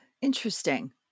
Interesting